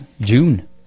june